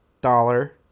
dollar